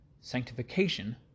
Sanctification